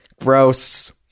Gross